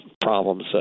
problems